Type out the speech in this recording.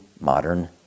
modern